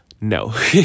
no